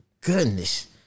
goodness